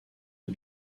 aux